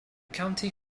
county